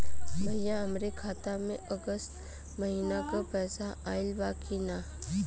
भईया हमरे खाता में अगस्त महीना क पैसा आईल बा की ना?